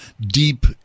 deep